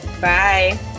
Bye